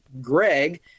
Greg